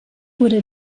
wurde